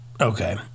Okay